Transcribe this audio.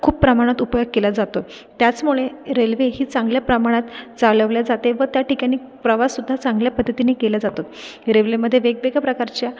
खूप प्रमाणात उपयोग केला जातोय त्याचमुळे रेल्वे ही चांगल्या प्रमाणात चालवली जाते व त्याठिकाणी प्रवाससुद्धा चांगल्या पद्धतीने केला जातो रेवलेमध्ये वेगवेगळ्या प्रकारच्या